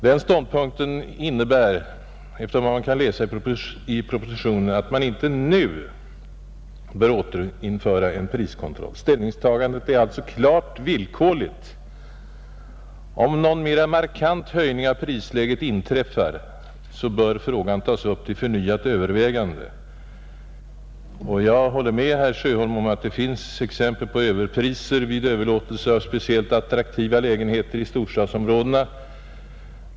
Den ståndpunkten innebär, efter vad man kan läsa i propositionen, att vi inte nu bör återinföra någon slags priskontroll. Ställningstagandet är alltså klart villkorligt. Om någon mer markant höjning av prisläget inträffar, bör frågan tas upp till förnyat övervägande, säger departementschefen. Jag håller givetvis med herr Sjöholm om att det finns exempel på överpriser vid överlåtelse av speciellt attraktiva lägenheter i storstadsområdena.